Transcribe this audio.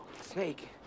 Snake